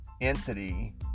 entity